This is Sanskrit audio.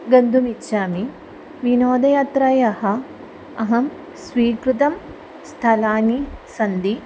गन्तुमिच्छामि विनोदयत्रयाः अहं स्वीकृतं स्थलानि सन्ति